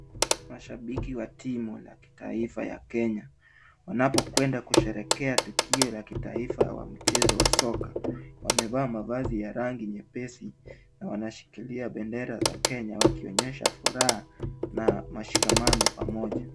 Mashabiki wa timu la kitaifa ya Kenya wanapokwenda kusherehekea tukio la kitaifa wa mchezo wa soka. Wamevaa mavazi ya rangi nyepesi na wanashikilia bendera za Kenya wakionyesha furaha na mashikamano pamoja.